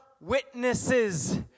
witnesses